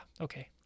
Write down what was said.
okay